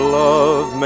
love